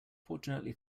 fortunately